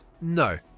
No